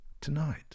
tonight